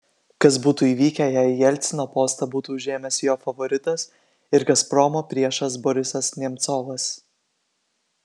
kas būtų įvykę jei jelcino postą būtų užėmęs jo favoritas ir gazpromo priešas borisas nemcovas